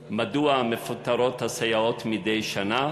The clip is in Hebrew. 3. מדוע מפוטרות הסייעות מדי שנה